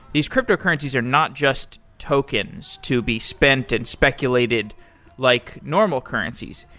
these cryptocurrencies are not just tokens to be spent and speculated like normal currencies.